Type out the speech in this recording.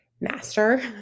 master